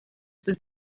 was